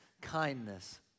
kindness